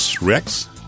Rex